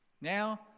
Now